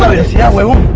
yellow.